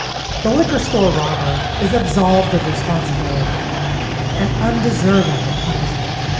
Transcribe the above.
the liquor store robber is absolved of responsibility and undeserving of punishment.